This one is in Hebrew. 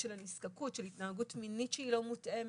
של התנהגות מינית לא מותאמת,